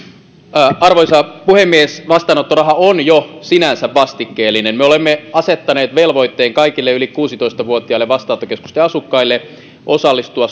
arvoisa puhemies vastaanottoraha on jo sinänsä vastikkeellinen me olemme asettaneet velvoitteen kaikille yli kuusitoista vuotiaille vastaanottokeskusten asukkaille